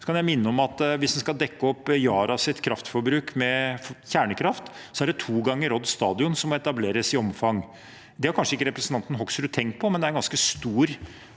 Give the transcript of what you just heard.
jeg minne om at hvis en skal dekke opp Yara sitt kraftforbruk med kjernekraft, er det i omfang to ganger Odd stadion som må etableres. Det har kanskje ikke representanten Hoksrud tenkt på, men det er en ganske stor